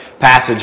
passage